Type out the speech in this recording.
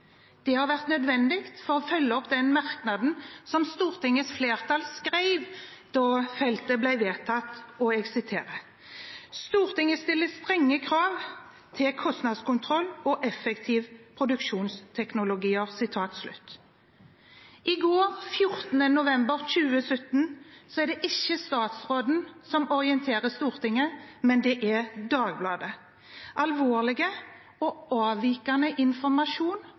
Det har vært nødvendig for å følge opp den merknaden som stortingsflertallet skrev da feltet ble vedtatt utbygd at Stortinget stiller strenge krav til «kostnadskontroll og effektive produksjonsteknologier». I går, 14. november 2017, var det ikke statsråden som orienterte Stortinget, men Dagbladet – alvorlig og avvikende informasjon